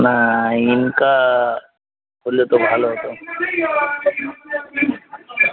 না ইনকা হলে তো ভালো হতো